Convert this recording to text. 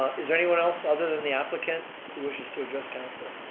is there anyone else other than the applicant who wishes to address council?